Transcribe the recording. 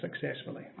successfully